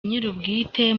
nyirubwite